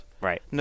Right